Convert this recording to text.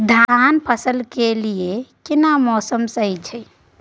धान फसल के लिये केना मौसम सही छै?